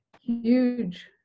huge